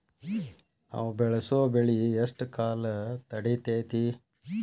ನಾವು ಬೆಳಸೋ ಬೆಳಿ ಎಷ್ಟು ಕಾಲ ತಡೇತೇತಿ?